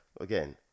again